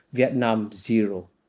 vietnam zero.